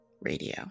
Radio